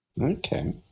Okay